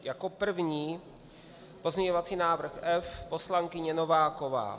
Jako první pozměňovací návrh F, poslankyně Nováková.